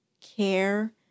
care